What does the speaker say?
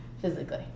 physically